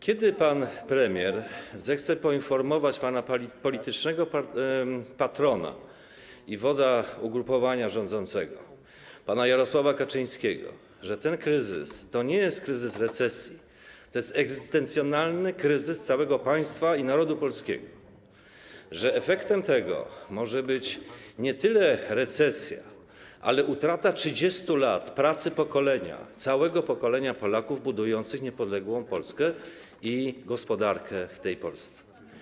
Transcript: Kiedy pan premier zechce poinformować pana politycznego patrona i wodza ugrupowania rządzącego, pana Jarosława Kaczyńskiego, że ten kryzys to nie jest kryzys recesji, to jest egzystencjonalny kryzys całego państwa i narodu polskiego, że efektem tego może być nie tyle recesja, ile utrata 30 lat pracy pokolenia, całego pokolenia Polaków budujących niepodległą Polskę i gospodarkę w tej Polsce?